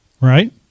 right